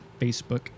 Facebook